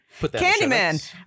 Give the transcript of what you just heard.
Candyman